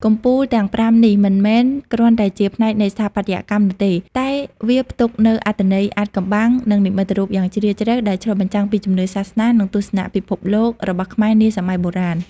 កំពូលទាំងប្រាំនេះមិនមែនគ្រាន់តែជាផ្នែកនៃស្ថាបត្យកម្មនោះទេ តែវាផ្ទុកនូវអត្ថន័យអាថ៌កំបាំង និងនិមិត្តរូបយ៉ាងជ្រាលជ្រៅ ដែលឆ្លុះបញ្ចាំងពីជំនឿសាសនា និងទស្សនៈពិភពលោករបស់ខ្មែរនាសម័យបុរាណ។